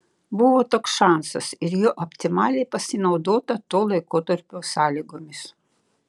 buvo toks šansas ir juo optimaliai pasinaudota to laikotarpio sąlygomis